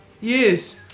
yes